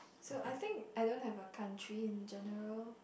so I think I don't have a country in general